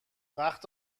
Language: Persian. وقت